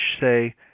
say